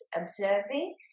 observing